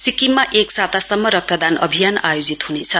सिक्किममा एक सप्ता सम्म रक्तदान अभियान आयोजित हुनेछ